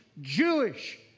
Jewish